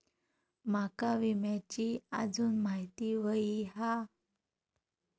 माका विम्याची आजून माहिती व्हयी हा?